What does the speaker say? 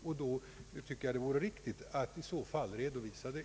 I så fall tycker jag att det vore riktigt att redovisa det.